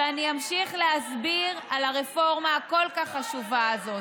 ואני אמשיך להסביר על הרפורמה הכל-כך חשובה הזאת.